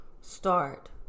start